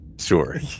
sure